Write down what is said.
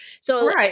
So-